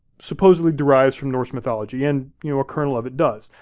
supposedly derives from norse mythology. and you know, a kernel of it does.